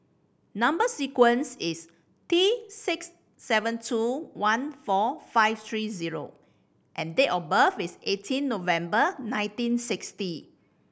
number sequence is T six seven two one four five three zero and date of birth is eighteen November nineteen sixty